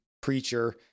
preacher